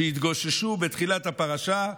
שהתגוששו בתחילת הפרשה.